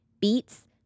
beets